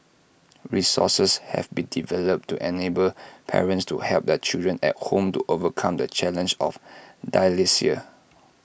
resources have been developed to enable parents to help their children at home to overcome the challenge of dyslexia